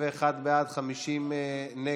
21 בעד, 50 נגד,